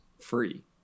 free